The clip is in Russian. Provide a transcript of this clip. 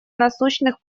насущных